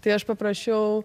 tai aš paprašiau